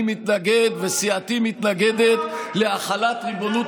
אני מתנגד וסיעתי מתנגדת להחלת ריבונות